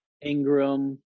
Ingram